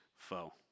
foe